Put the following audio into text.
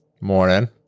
Morning